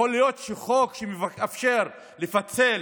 יכול להיות שחוק שמאפשר לפצל